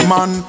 Man